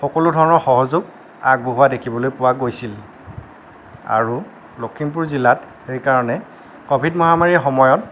সকলো ধৰণৰ সহযোগ আগবঢ়োৱা দেখিবলৈ পোৱা গৈছিল আৰু লখিমপুৰ জিলাত সেই কাৰণে কভিড মহামাৰীৰ সময়ত